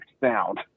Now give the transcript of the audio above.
sound